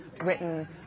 written